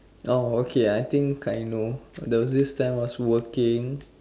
orh okay I think I know there was this time I was working